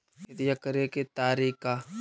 खेतिया करेके के तारिका?